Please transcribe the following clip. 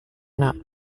not